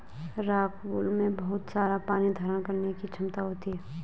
rockwool में बहुत सारा पानी धारण करने की क्षमता होती है